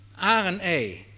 RNA